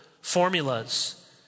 formulas